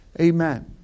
Amen